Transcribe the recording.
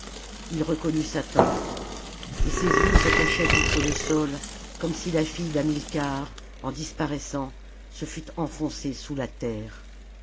ii reconnut sa tente et ses yeux s'attachaient contre le sol comme si la fille d'hamilcar en disparaissant se fût enfoncée sous la terre